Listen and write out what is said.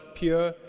pure